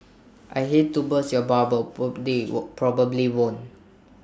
I hate to burst your bubble but they were probably won't